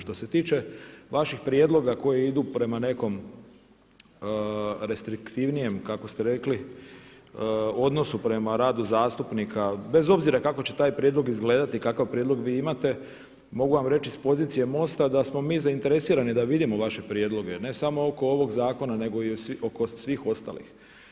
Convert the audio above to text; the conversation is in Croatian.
Što se tiče vaših prijedloga koji idu prema nekom restriktivnijem kako ste rekli, odnosu prema radu zastupnika, bez obzira kako će taj prijedlog izgledati i kakav prijedlog vi imate, mogu vam reći s pozicije MOST-a da smo mi zainteresirani da vidimo vaše prijedloge, ne samo oko ovog zakona nego oko svih ostalih.